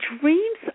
dreams